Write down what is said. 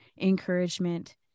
encouragement